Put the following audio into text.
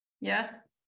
Yes